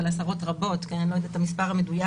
אבל עשרות רבות אני לא יודעת את המספר המדויק,